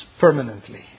permanently